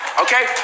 Okay